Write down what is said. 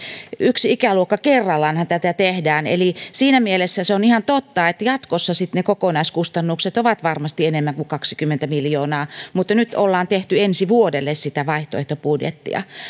yksi ikäluokka kerrallaanhan tätä tehdään eli siinä mielessä se on ihan totta että jatkossa ne kokonaiskustannukset ovat varmasti enemmän kuin kaksikymmentä miljoonaa mutta nyt ollaan tehty ensi vuodelle sitä vaihtoehtobudjettia